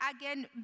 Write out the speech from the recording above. again